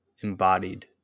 embodied